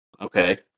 Okay